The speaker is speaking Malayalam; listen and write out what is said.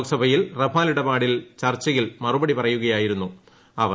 ലോക്സഭയിൽ റഫാൽ ഇടപാടിൽ ചർച്ചയിൽ മറുപടി പറയുകയായിരുന്നു അവർ